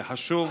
זה חשוב.